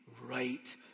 right